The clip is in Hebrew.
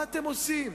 מה אתם עושים?